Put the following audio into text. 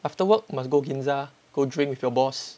after work must go ginza go drink with your boss